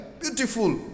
beautiful